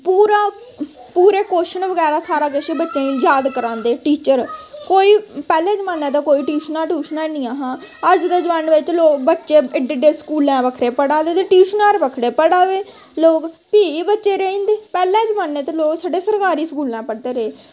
पूरा पूरे कोशन बगैरा सारा किश याद करांदे बच्चें गी टीचर कोई पैह्ले जमाने ते कोई टयबशनां टाशना नेईं हियां अज्ज दे जमाने बिच्च बच्चे एह्डे एह्डे स्कूलें बक्खरे पढ़ा दे ते टयूशनां बक्खरे पढ़ा दे लोग फ्ही बच्चे रेही जंदे पैह्लें जमानें ते लोग छड़े सरकारी स्कूलें पढ़दे रेह्